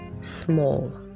small